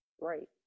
right